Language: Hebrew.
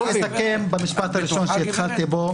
אני אסכם במשפט הראשון שהתחלתי בו,